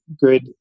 good